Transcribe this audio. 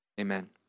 Amen